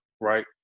right